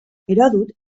heròdot